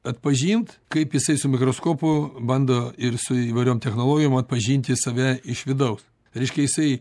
atpažint kaip jisai su mikroskopu bando ir su įvairiom technologijom atpažinti save iš vidaus reiškia jisai